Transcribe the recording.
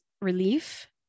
relief